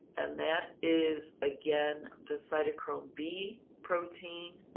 and that is, again, the cytochrome b protein,